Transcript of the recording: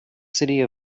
city